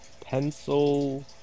pencil